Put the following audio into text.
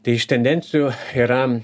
tai iš tendencijų yra